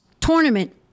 tournament